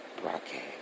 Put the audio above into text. broadcast